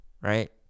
right